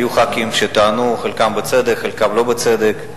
היו ח"כים שטענו, חלקם בצדק, חלקם לא בצדק,